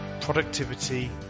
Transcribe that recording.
productivity